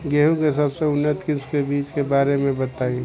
गेहूँ के सबसे उन्नत किस्म के बिज के बारे में बताई?